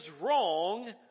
wrong